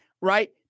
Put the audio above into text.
right